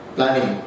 planning